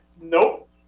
Nope